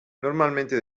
normalmente